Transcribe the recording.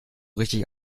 richtig